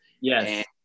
Yes